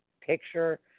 picture